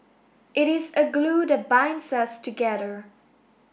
it is a glue that binds us together